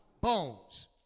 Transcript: Bones